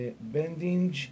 bending